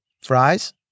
Fries